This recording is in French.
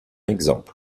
exemple